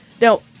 Now